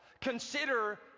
consider